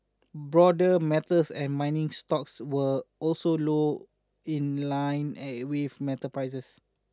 broader metals and mining stocks were also lower in line with metal prices